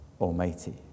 Almighty